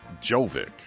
Jovic